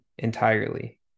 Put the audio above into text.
entirely